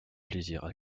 plaisirs